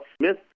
Smith